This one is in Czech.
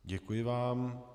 Děkuji vám.